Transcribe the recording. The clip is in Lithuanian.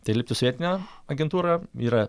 tai lipti su vietine agentūra yra